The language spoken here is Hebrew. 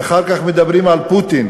ואחר כך מדברים על פוטין,